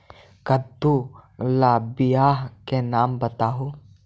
कददु ला बियाह के नाम बताहु?